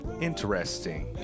Interesting